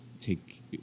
take